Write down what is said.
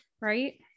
right